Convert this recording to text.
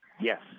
Yes